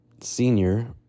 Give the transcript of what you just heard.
senior